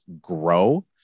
grow